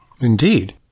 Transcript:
Indeed